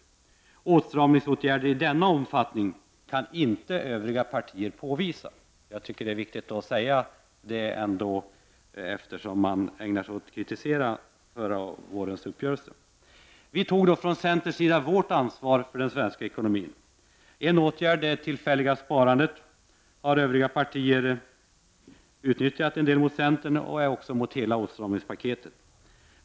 Åtstramningsåtgärder i denna omfattning kan inte övriga partier redovisa. Jag tycker att det är riktigt att säga detta, eftersom dessa partier kritiserar uppgörelsen förra våren. Centern tog våren 1989 ansvar för svensk ekonomi. En åtgärd — det tillfälliga sparandet — har övriga partier utnyttjat mot centern, och det gäller för övrigt hela åtstramningspaketet.